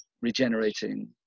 regenerating